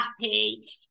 happy